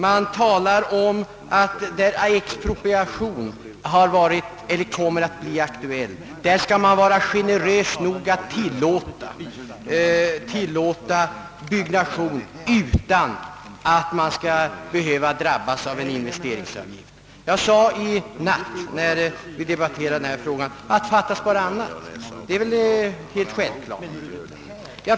Man talar om att där expropriation kommer att bli aktuell skall man vara generös nog att tillåta byggnation utan att vederbörande skall behöva betala investeringsavgift. När vi i natt debatterade denna fråga framhöll jag detta som helt självklart.